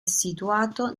situato